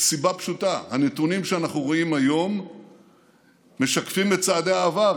מסיבה פשוטה: הנתונים שאנחנו רואים היום משקפים את צעדי העבר,